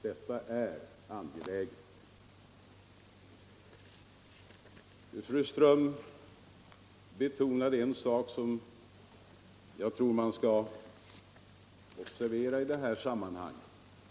Detta är angeläget, och jag vill gärna upprepa det. Fru Ström betonade något som jag tror man bör observera i detta sammanhang.